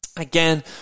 Again